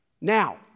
Now